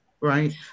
right